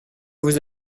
vous